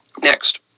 Next